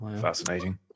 Fascinating